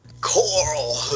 coral